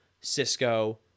Cisco